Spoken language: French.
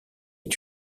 est